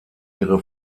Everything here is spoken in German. ihre